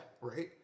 right